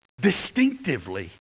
distinctively